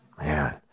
Man